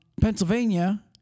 Pennsylvania